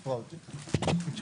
שמונה.